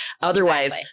Otherwise